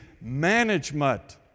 management